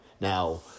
Now